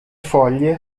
foglie